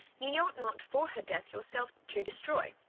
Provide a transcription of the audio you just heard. ye ought not for her death yourself to destroy.